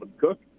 Cook